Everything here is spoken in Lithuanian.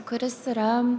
kuris yra